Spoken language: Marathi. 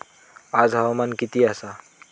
आज हवामान किती आसा?